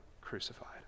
crucified